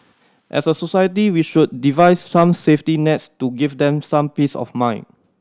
as a society we should devise some safety nets to give them some peace of mind